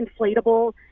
inflatable